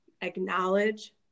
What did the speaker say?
acknowledge